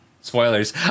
spoilers